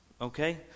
okay